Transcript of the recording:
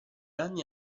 anni